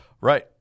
Right